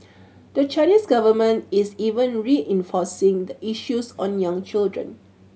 the Chinese government is even reinforcing the issues on young children